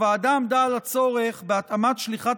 הוועדה עמדה על הצורך בהתאמת שליחת